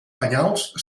penyals